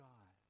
God